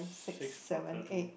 six bottom